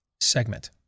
segment